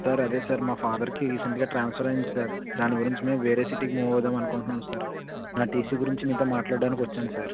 sir అదే sir మా ఫాదర్కి రీసెంట్గా ట్రాన్స్ఫర్ అయింది సార్ దాని గురించి మేము వేరే సిటీకి మూవ్ అవుదాం అనుకుంటున్నాం సార్ నా టీసీ గురించి మీతో మాట్లాడాడానికి వచ్చాను సార్